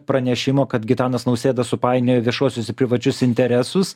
pranešimo kad gitanas nausėda supainiojo viešuosius ir privačius interesus